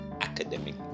academic